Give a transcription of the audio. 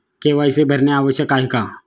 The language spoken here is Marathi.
के.वाय.सी भरणे आवश्यक आहे का?